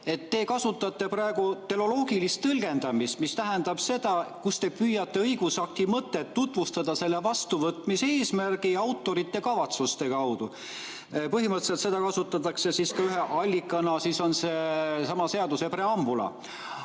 et te kasutate praegu teleoloogilist tõlgendamist, mis tähendab seda, et te püüate õigusakti mõtet tutvustada selle vastuvõtmise eesmärgi ja autorite kavatsuste kaudu. Põhimõtteliselt seda kasutatakse ka ühe allikana, sedasama seaduse preambulit. Küsimus